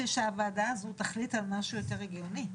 שהוועדה הזו תחליט על משהו יותר הגיוני.